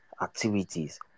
activities